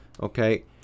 Okay